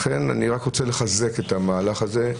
לכן אני רוצה לחזק את המהלך הזה.